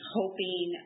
hoping